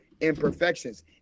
imperfections